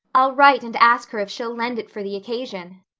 i'll write and ask her if she'll lend it for the occasion,